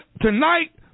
tonight